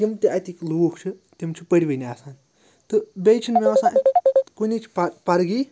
یِم تہِ اَتِکۍ لوٗکھ چھِ تِم چھِ پٔروٕنۍ آسان تہٕ بیٚیہِ چھِنہٕ مےٚ باسان کُنِچ پہ پَرگی